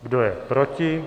Kdo je proti?